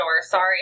Sorry